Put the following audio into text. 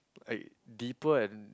like deeper and